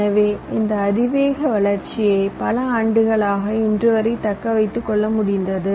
எனவே இந்த அதிவேக வளர்ச்சியை பல ஆண்டுகளாக இன்று வரை தக்க வைத்துக் கொள்ள முடிந்தது